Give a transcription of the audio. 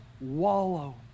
wallow